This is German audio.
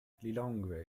lilongwe